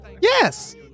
Yes